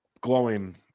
glowing